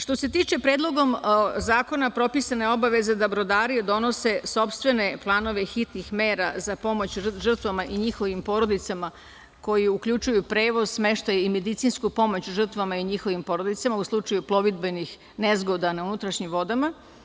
Što se tiče Predloga zakona propisana je obaveza da brodari donose sopstvene planove hitnih mera za pomoć žrtvama i njihovim porodicama koje uključuju prevoz, smeštaj i medicinsku pomoć žrtvama i njihovim porodicama u slučaju plovidbenih nezgoda na unutrašnjim vodama.